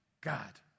God